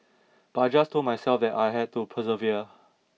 but I just told myself that I had to persevere